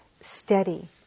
steady